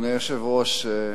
אדוני היושב-ראש,